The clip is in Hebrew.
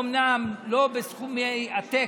אומנם לא בסכומי עתק,